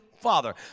father